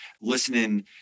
listening